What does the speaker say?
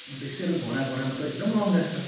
देख्छु यता घुँडा घुँडामा त एकदम रङ गएको छ